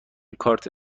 کارت